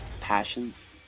passions